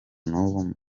n’ubu